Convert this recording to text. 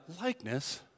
likeness